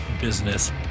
business